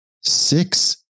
Six